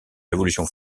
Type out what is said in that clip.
révolution